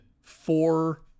four